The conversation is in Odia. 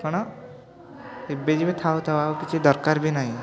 କ'ଣ ଏବେ ଯିବି ଥାଉ ଥାଉ ଆଉ କିଛି ଦରକାର ବି ନାଇଁ